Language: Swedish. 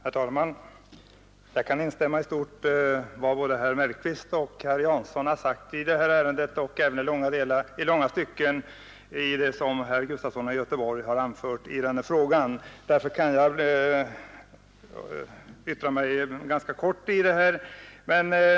Herr talman! Jag kan instämma i stort med vad herrar Mellqvist och Jansson har sagt i detta ärende och även i långa stycken med vad herr Gustafson i Göteborg har anfört. Därför kan jag yttra mig ganska kort.